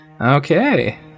okay